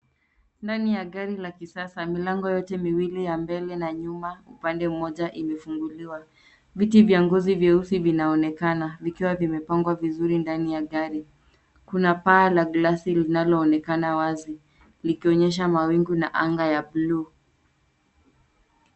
Ndani ya gari la kisasa milango yote miwili ya mbele na nyuma upande mmoja imefunguliwa. Viti vya ngozi vieusi vinaonekana vikiwa vimepangwa vizuri ndani ya gari . Kuna paa la glasi linalo onekana wazi likionyesha mawingu na anga la bluu.